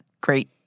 great